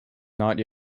not